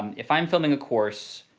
um if i'm filming a course,